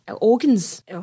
organs